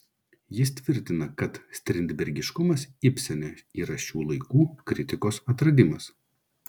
jis tvirtina kad strindbergiškumas ibsene yra šių laikų kritikos atradimas